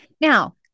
Now